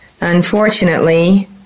Unfortunately